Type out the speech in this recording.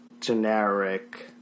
generic